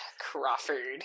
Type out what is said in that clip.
Crawford